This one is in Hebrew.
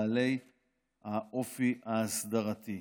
בעלי האופק ההסדרתי.